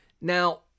Now